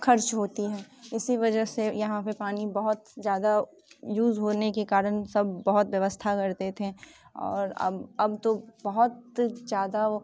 खर्च होती हैं इसी वजह से यहाँ पे पानी बहुत ज़्यादा यूज़ होने के कारण सब बहुत व्यवस्था करते थे और अब अब तो बहुत ज़्यादा वो